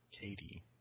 Katie